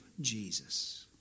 Jesus